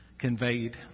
conveyed